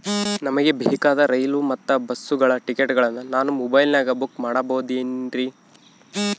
ನಮಗೆ ಬೇಕಾದ ರೈಲು ಮತ್ತ ಬಸ್ಸುಗಳ ಟಿಕೆಟುಗಳನ್ನ ನಾನು ಮೊಬೈಲಿನಾಗ ಬುಕ್ ಮಾಡಬಹುದೇನ್ರಿ?